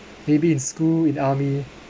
maybe in school in army